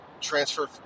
transfer